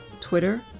Twitter